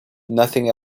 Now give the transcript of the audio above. nothing